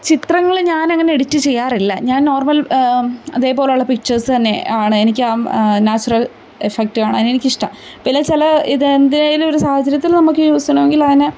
ചിത്രങ്ങള് ഞാനങ്ങനെ എഡിറ്റ് ചെയ്യാറില്ല ഞാൻ നോർമൽ അതേപോലുള്ള പിക്ചേഴ്സ് തന്നെ ആണ് എനിക്ക് നാച്ചുറൽ എഫക്റ്റാണ് എനിക്കിഷ്ടം പിന്നെ എന്നുവച്ചാല് ഇത് എന്തേലും ഒരു സാഹചര്യത്തിൽ നമുക്ക് യൂസ് ചെയ്യണമെങ്കില് അങ്ങനെ